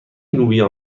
لوبیا